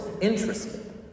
interested